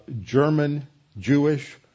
German-Jewish